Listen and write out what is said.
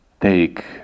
take